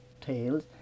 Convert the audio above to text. tails